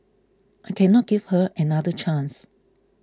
I cannot give her another chance